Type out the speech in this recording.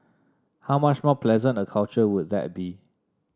how much more pleasant a culture would that be